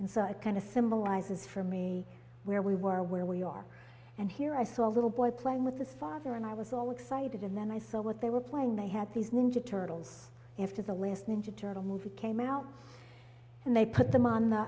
and so i kind of symbolizes for me where we were where we are and here i saw a little boy playing with the father and i was all excited and then i saw what they were playing they had these ninja turtles if the listening to turtle movie came out and they put them on the